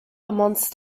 amongst